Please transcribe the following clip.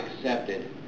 accepted